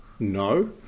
No